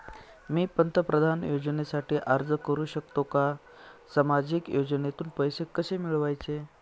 मी पंतप्रधान योजनेसाठी अर्ज करु शकतो का? सामाजिक योजनेतून पैसे कसे मिळवायचे